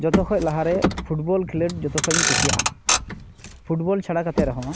ᱡᱚᱛᱚ ᱠᱷᱚᱡ ᱞᱟᱦᱟᱨᱮ ᱯᱷᱩᱴᱵᱚᱞ ᱠᱷᱮᱞᱳᱰ ᱡᱚᱛᱚᱠᱷᱚᱱᱤᱧ ᱠᱩᱥᱤᱭᱟᱜᱼᱟ ᱯᱷᱩᱴᱵᱚᱞ ᱪᱷᱟᱲᱟ ᱠᱟᱛᱮ ᱨᱮᱦᱚᱸ